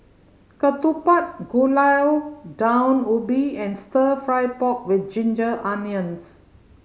ketupat Gulai Daun Ubi and Stir Fry pork with ginger onions